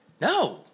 no